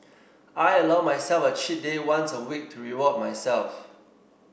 I allow myself a cheat day once a week to reward myself